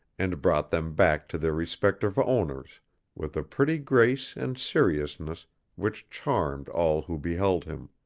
and brought them back to their respective owners with a pretty grace and seriousness which charmed all who beheld him.